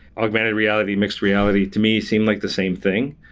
augmented reality, mixed reality to me seem like the same thing.